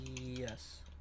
Yes